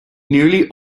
nearly